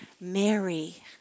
Mary